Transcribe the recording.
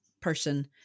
person